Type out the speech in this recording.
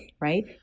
right